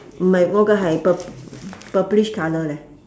m hai o ge hai purp~ purplish colour leh